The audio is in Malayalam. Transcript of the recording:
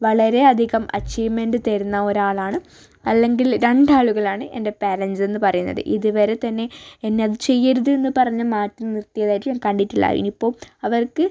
വളരെയധികം അച്ചീവ്മെൻ്റ് തരുന്ന ഒരാളാണ് അല്ലെങ്കിൽ രണ്ടാളുകളാണ് എന്റെ പേരൻ്റ്സെന്നു പറയുന്നത് ഇതുവരെത്തന്നെ എന്നെ അത് ചെയ്യരുതെന്ന് പറഞ്ഞു മാറ്റിനിർത്തിയതായിട്ട് ഞാൻ കണ്ടിട്ടില്ല അതിനിപ്പം അവർക്ക്